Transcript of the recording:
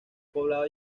poblado